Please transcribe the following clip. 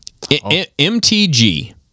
MTG